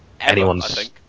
anyone's